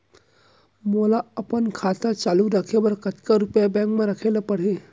मोला अपन खाता चालू रखे बर कतका रुपिया बैंक म रखे ला परही?